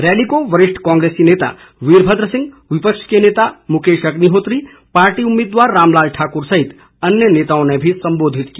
rally को वरिष्ठ कांग्रेस नेता वीरभद्र सिंह विपक्ष के नेता मुकेश अग्निहोत्री पार्टी उम्मीदवार रामलाल ठाकुर सहित अन्य नेताओं ने भी संबोधित किया